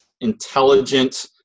intelligent